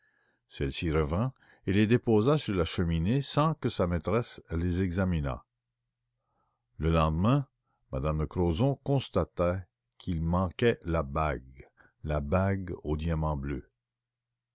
et les déposa sur la cheminée le lendemain m me de crozon constatait qu'il manquait une bague la bague au diamant bleu